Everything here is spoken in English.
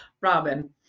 Robin